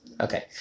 Okay